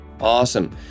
Awesome